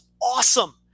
awesome